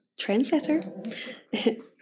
trendsetter